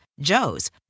Joe's